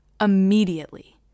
immediately